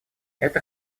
это